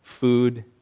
food